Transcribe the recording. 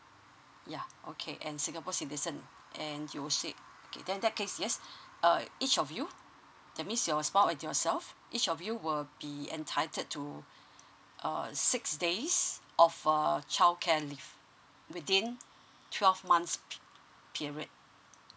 yeah okay and singapore citizen and you were said then that case yes uh each of you that means your spouse and yourself each of you will be entitled to a a six days of err childcare leave within twelve months period